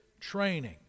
training